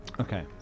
Okay